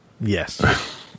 Yes